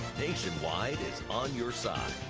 nationwide is on your side.